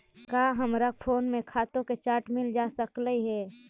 का हमरा फोन में खातों का चार्ट मिल जा सकलई हे